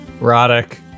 erotic